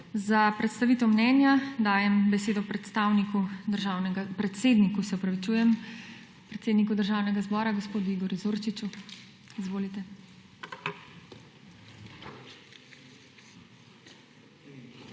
Za predstavitev mnenja dajem besedo predsedniku Državnega zbora gospodu Igorju Zorčiču. Izvolite.